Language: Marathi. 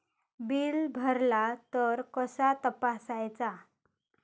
बिल भरला तर कसा तपसायचा?